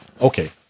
okay